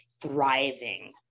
thriving